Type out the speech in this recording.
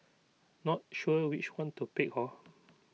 not sure which one to pick hor